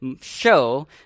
show